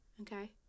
Okay